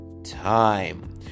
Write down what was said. time